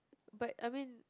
but I mean